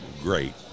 great